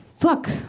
fuck